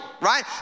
right